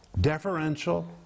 deferential